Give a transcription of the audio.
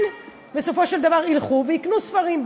בסופו של דבר ילכו ויקנו ספרים,